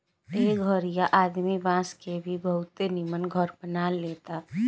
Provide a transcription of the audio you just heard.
एह घरीया आदमी बांस के भी बहुते निमन घर बना लेता